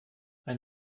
ein